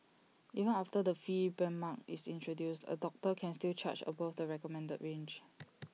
even after the fee benchmark is introduced A doctor can still charge above the recommended range